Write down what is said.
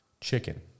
chicken